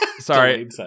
Sorry